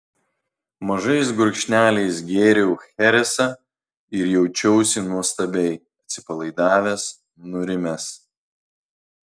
mažais gurkšneliais gėriau cheresą ir jaučiausi nuostabiai atsipalaidavęs nurimęs